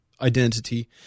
identity